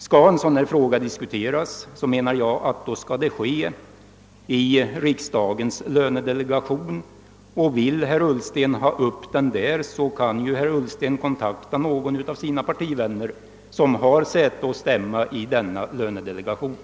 Skall en sådan fråga diskuteras, menar jag att det bör göras i riksdagens lönedelegation. Vill herr Ullsten ha upp den där, kan ju herr Ullsten kontakta någon av sina partivänner som har säte och stämma i lönedelegationen.